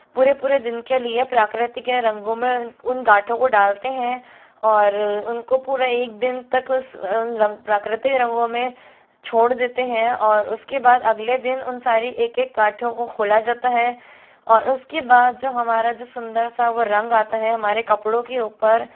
पूरे पूरे दिन के लिए प्रकृतिक रंगों में उन गांठों को डालते हैं और उनको पूरा एक दिन तक उस रंग प्राकृतिक रंगों में छोड़ देते हैं और उसके बाद अगले दिन उन सारी एक एक गांठों को खोला जाता है और उसके बाद जो हमारा जो सुंदर सा वो रंग आता है हमारे कपड़ों के ऊपर